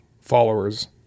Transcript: followers